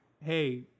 hey